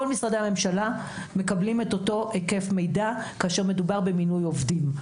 כל משרדי הממשלה מקבלים את אותו היקף מידע כאשר מדובר במינוי עובדים.